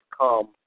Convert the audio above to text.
come